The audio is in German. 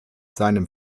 seinem